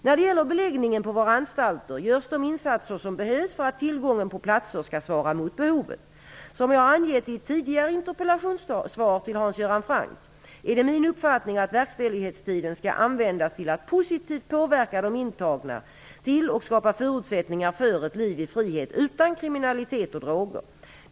När det gäller beläggningen på våra anstalter görs de insatser som behövs för att tillgången på platser skall svara mot behovet. Som jag har angett i ett tidigare interpellationssvar till Hans Göran Franck är det min uppfattning att verkställighetstiden skall användas till att positivt påverka de intagna till och skapa förutsättningar för ett liv i frihet utan kriminalitet och droger.